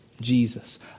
Jesus